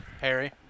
harry